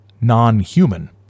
non-human